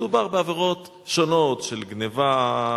מדובר בעבירות שונות של גנבה,